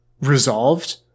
resolved